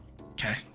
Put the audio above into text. okay